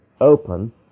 open